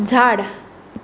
झाड